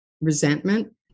resentment